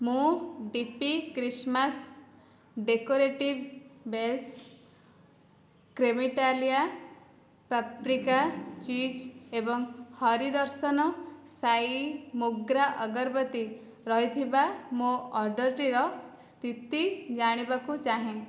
ମୁଁ DP Christmas decorative bells Cremitalia paprika cheese ଏବଂ ହରି ଦର୍ଶନ ସାଇ ମୋଗ୍ରା ଅଗରବତୀ ରହିଥିବା ମୋ ଅର୍ଡ଼ର୍ଟିର ସ୍ଥିତି ଜାଣିବାକୁ ଚାହେଁ